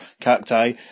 cacti